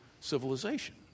civilization